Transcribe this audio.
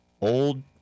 old